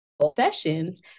professions